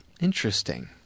Interesting